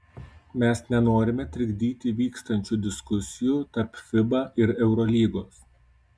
mes nenorime trikdyti vykstančių diskusijų tarp fiba ir eurolygos